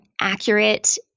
accurate